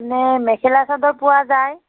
এনেই মেখেলা চাদৰ পোৱা যায়